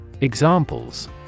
Examples